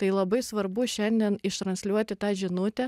tai labai svarbu šiandien ištransliuoti tą žinutę